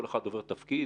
כל אחד עובר תפקיד,